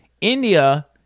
India